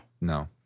No